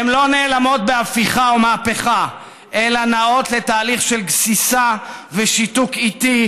הן לא נעלמות בהפיכה או מהפכה אלא נעות לתהליך של גסיסה ושיתוק איטי,